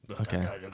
Okay